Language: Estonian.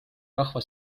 rahva